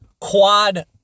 quad-